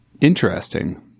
Interesting